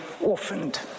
orphaned